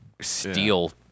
steel